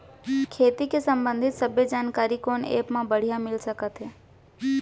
खेती के संबंधित सब्बे जानकारी कोन एप मा बढ़िया मिलिस सकत हे?